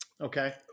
Okay